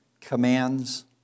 commands